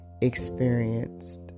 experienced